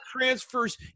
transfers